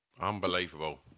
Unbelievable